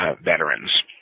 veterans